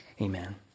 Amen